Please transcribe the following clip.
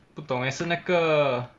不懂 leh 是那个